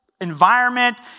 environment